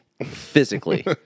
Physically